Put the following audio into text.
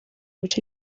bice